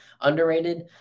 Underrated